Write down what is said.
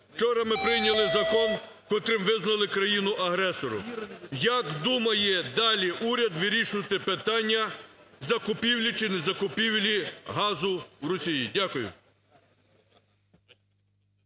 Вчора ми прийняли закон, котрим визнали країну агресором. Як думає далі уряд вирішувати питання закупівлі чи не закупівлі газу в Росії? Дякую.